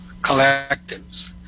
collectives